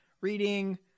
reading